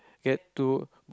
get to